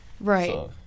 right